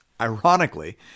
Ironically